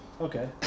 okay